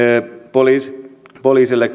poliisille poliisille